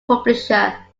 publisher